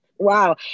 wow